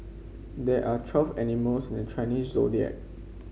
there are twelve animals in the Chinese Zodiac